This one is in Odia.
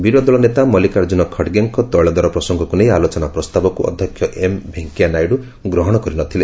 ବିରୋଧୀଦଳ ନେତା ମଲ୍ଲିକାର୍ଜୁନ ଖଡ୍ଗେଙ୍କ ତୈଳଦର ପ୍ରସଙ୍ଗକୁ ନେଇ ଆଲୋଚନା ପ୍ରସ୍ତାବକୁ ଅଧ୍ୟକ୍ଷ ଏମ୍ ଭେଙ୍କିୟାନାଇଡୁ ଗ୍ରହଣ କରିନଥିଲେ